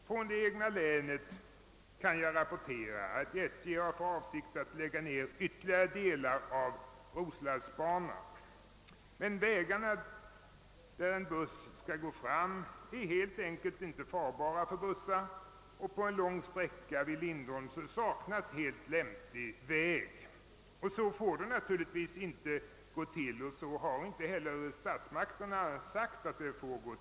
Från mitt eget län kan jag rapportera att SJ har för avsikt att lägga ned ytterligare delar av roslagsbanan. Men vägarna är helt enkelt inte farbara för bussar, och på en lång sträcka vid Lindholmen saknas lämplig väg. Så får det inte vara och så har heller inte statsmakterna avsett.